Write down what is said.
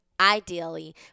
Ideally